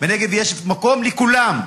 בנגב יש מקום לכולם.